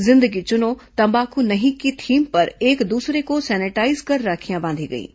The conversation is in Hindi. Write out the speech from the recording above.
जिंदगी चुनो तम्बाकू नहीं की थीम पर एक दूसरे को सेनिटाईज कर राखियां बांधी गईं